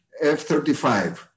F-35